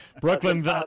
Brooklyn